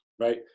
right